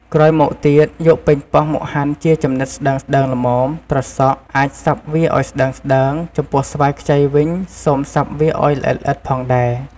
ក្រោយមកទៀត យកប៉េងប៉ោះមកហាន់ជាចំណិតស្តើងៗល្មម ត្រសក់ អាចសាប់វាឲ្យស្តើងៗ ចំពោះស្វាយខ្ចីវិញ សូមសាប់វាឲ្យល្អិតៗផងដែរ។